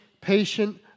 patient